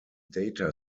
data